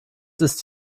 ist